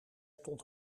stond